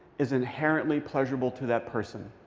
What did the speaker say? is inherently pleasurable to that person.